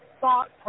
thought